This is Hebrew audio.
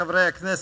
חברי הכנסת,